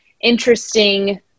interesting